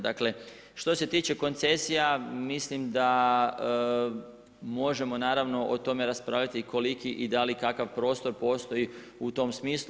Dakle, što se tiče koncesija mislim da možemo naravno o tome raspravljati koliki i da li kakav prostor postoji u tom smislu.